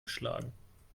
geschlagen